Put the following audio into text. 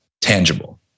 tangible